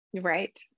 Right